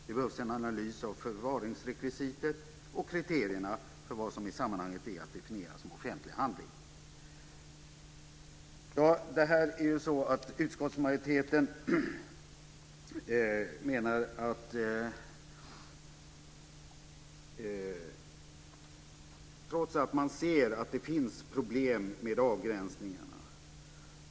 Det behövs en analys av förvaringsrekvisitet och kriterierna för vad som i sammanhanget är att definiera som offentlig handling. Utskottsmajoriteten ser ändå att det finns problem med avgränsningen.